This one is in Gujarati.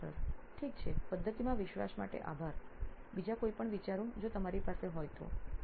પ્રાધ્યાપક ઠીક છે પદ્ધતિમાં વિશ્વાસ માટે આભાર બીજા કોઈપણ વિચારો જો તમારી પાસે હોય તો